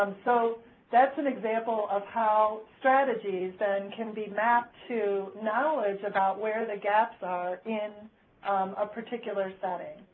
um so that's an example of how strategies then can be mapped to knowledge about where the gaps are in a particular setting.